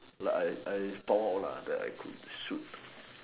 like I I store all that I could shoot